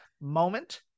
moment